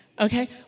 Okay